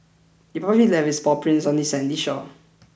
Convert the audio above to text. the puppy left its paw prints on the sandy shore